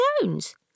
Jones